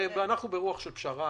הרי אנחנו ברוח של פשרה,